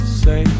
say